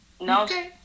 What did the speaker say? No